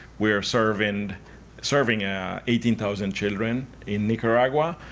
we are serving and serving ah eighteen thousand children in nicaragua.